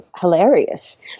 hilarious